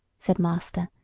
said master,